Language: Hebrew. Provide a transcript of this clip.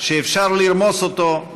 שאפשר לרמוס אותו,